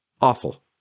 Awful